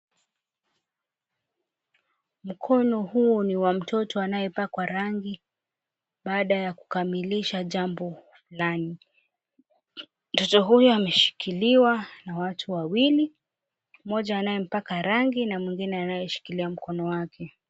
Mkono huu ni wa mtoto anayepakwa rangi, baada kukamilisha jambo fulani. Mtoto huyo ameshikiliwa na watu wawili, mmoja anayempaka rangi na mwengine anayeshikilia mkono wake.